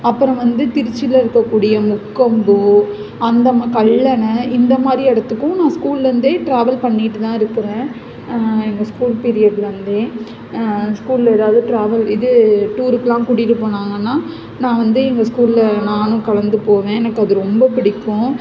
அப்புறம் வந்து திருச்சியில இருக்கக்கூடிய முக்கொம்பு அந்த ம கல்லணை இந்த மாதிரி இடத்துக்கும் நான் ஸ்கூல்லேருந்தே ட்ராவல் பண்ணிகிட்டு தான் இருக்கிறேன் எங்கள் ஸ்கூல் பீரியட்லேருந்தே எங்கள் ஸ்கூல்ல எதாவது ட்ராவல் இது டூருக்கெலாம் கூட்டிட்டு போனாங்கன்னால் நான் வந்து எங்கள் ஸ்கூல்ல நானும் கலந்து போவேன் எனக்கு அது ரொம்ப பிடிக்கும்